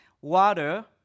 water